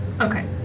Okay